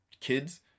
kids